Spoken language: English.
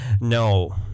no